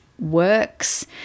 works